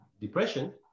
depression